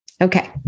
Okay